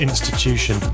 Institution